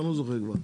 אני לא זוכר כבר.